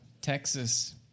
Texas